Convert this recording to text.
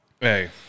Hey